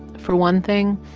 for one thing,